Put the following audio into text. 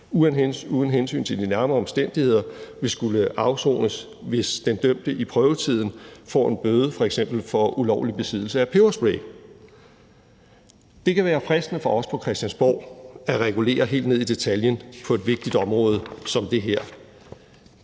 uden hensyn til de nærmere omstændigheder, vil skulle afsones, hvis den dømte i prøvetiden får en bøde for f.eks. ulovlig besiddelse af peberspray. Det kan være fristende for os på Christiansborg at regulere helt ned i detaljen på et vigtigt område som det her,